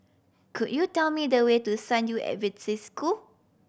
could you tell me the way to San Yu School